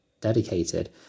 dedicated